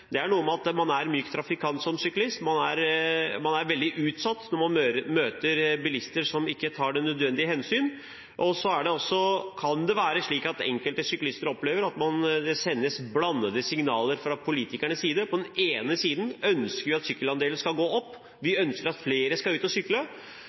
man er myk trafikant som syklist, man er veldig utsatt når man møter bilister som ikke tar de nødvendige hensyn. Så kan det være slik at enkelte syklister opplever at man sendes blandede signaler fra politikernes side. På den ene siden ønsker vi at sykkelandelen skal gå opp, vi